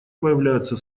появляются